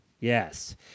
Yes